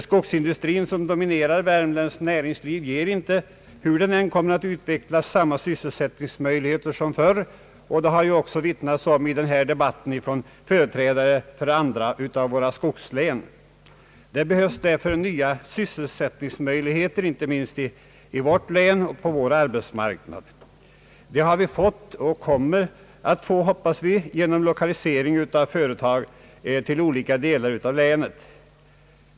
Skogsindustrin som dominerar värmländskt näringsliv ger inte, hur den än kommer att utvecklas, samma sysselsättningsmöjligheter som förut, och det har ju också omvittnats i denna debatt av företrädare för andra skogslän. Det behövs därför nya sysselsättningsmöjligheter inte minst på arbetsmarknaden i vårt län. Det har vi fått och kommer att få, hoppas vi, genom lokalisering av företag till olika delar av länet.